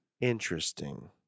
Interesting